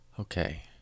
Okay